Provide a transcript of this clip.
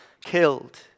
killed